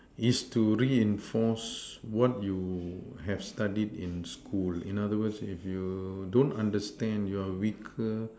is to reinforce what you have studied in school in other words if you don't understand you're weaker